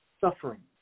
suffering